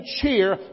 cheer